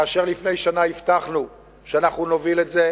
כאשר לפני שנה הבטחנו שאנחנו נוביל את זה,